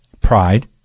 pride